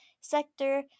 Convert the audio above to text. sector